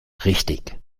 richtig